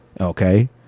okay